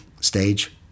stage